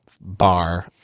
bar